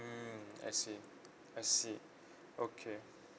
mm I see I see okay